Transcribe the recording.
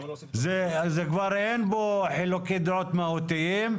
אין פה חילוקי דעות מהותיים,